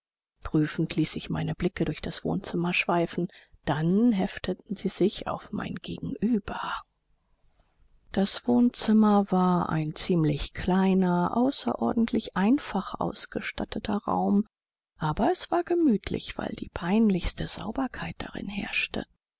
prüfend ließ ich meine blicke durch das wohnzimmer schweifen dann hefteten sie sich auf mein gegenüber das wohnzimmer war ein ziemlich kleiner außer ordentlich einfach ausgestatteter raum aber es war gemütlich weil die peinlichste sauberkeit darin herrschte